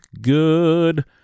good